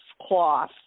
cloth